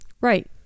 Right